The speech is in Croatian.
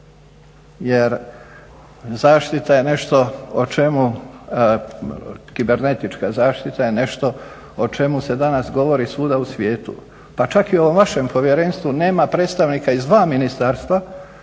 jer zaštita je nešto o čemu kibernetička zaštita je nešto o čemu se danas govori svuda u svijetu. Pa čak i u ovom vašem povjerenstvu nema predstavnika iz dva ministarstva,